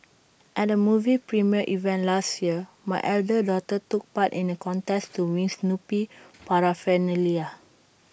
at A movie premiere event last year my elder daughter took part in A contest to win Snoopy Paraphernalia